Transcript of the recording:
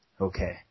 Okay